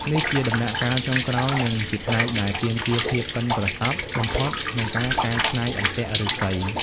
នេះជាដំណាក់កាលចុងក្រោយ និងជាផ្នែកដែលទាមទារភាពប៉ិនប្រសប់បំផុតក្នុងការកែច្នៃអន្ទាក់ឫស្សី។